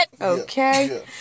Okay